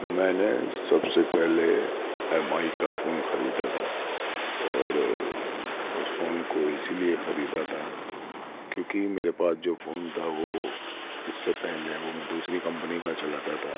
میں نے سب سے پہلے ایم آئی کا فون خریدا تھا اور اس فون کو اسی لیے خریدا تھا کیونکہ میرے پاس جو فون تھا وہ اس سے پہلے وہ میں دوسری کمپنی کا چلاتا تھا